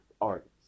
artists